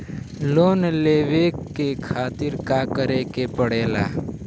Loan लेवे के खातिर का करे के पड़ेला?